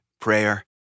prayer